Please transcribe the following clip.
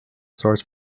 starts